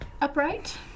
upright